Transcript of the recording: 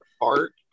art